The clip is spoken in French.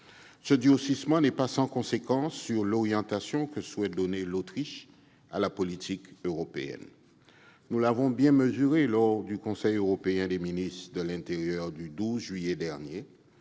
Ce durcissement n'est pas sans conséquence sur l'orientation que souhaite donner l'Autriche à la politique européenne. Nous l'avons bien mesuré lors du Conseil européen des ministres de l'intérieur du 12 juillet dernier,